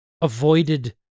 avoided